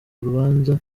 urubanza